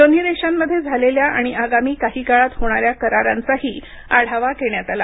दोन्ही देशांमध्ये झालेल्या आणि आगामी काही काळात होणाऱ्या करारांचाही आढावा घेतला